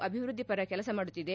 ಅಭಿವ್ಯಧಿಪರ ಕೆಲಸ ಮಾಡುತ್ತಿದೆ